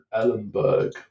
Ellenberg